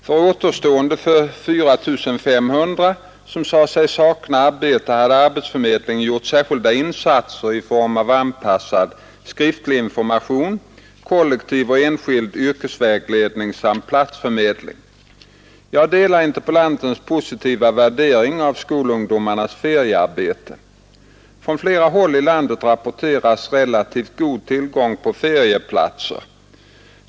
För återstående 4 500 som sade sig sakna arbete har arbetsförmedlingen gjort särskilda insatser i form av anpassad, skriftlig information, kollektiv och enskild yrkesvägledning samt platsförmedling. Jag delar interpellantens positiva värdering av skolungdomarnas feriearbete. Från flera håll i landet rapporteras relativt god tillgång på ferieplatser.